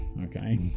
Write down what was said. Okay